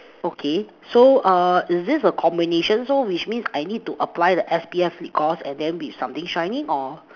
okay so uh is this a combination so which means I need to apply the S_P_F lip gloss and then with something shiny or